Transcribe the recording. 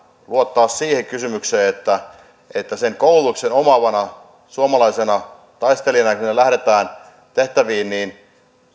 luottaa siihen kysymykseen että kun sen koulutuksen omaavana suomalaisena taistelijana sinne lähdetään tehtäviin niin